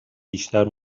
بیشتر